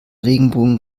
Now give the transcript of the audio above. regenbogen